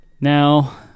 Now